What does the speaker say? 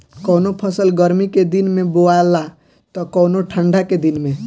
कवनो फसल गर्मी के दिन में बोआला त कवनो ठंडा के दिन में